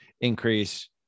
increase